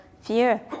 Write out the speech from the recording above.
fear